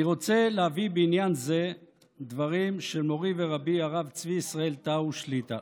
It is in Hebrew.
אני רוצה להביא בעניין זה דברים של מורי ורבי הרב צבי ישראל טאו שליט"א,